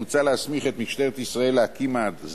מוצע להסמיך את משטרת ישראל להקים מאגר